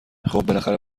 خوب، بالاخره